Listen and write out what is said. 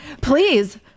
Please